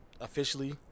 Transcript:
Officially